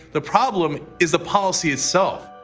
the problem is the policy itself.